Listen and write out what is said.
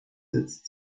sitzt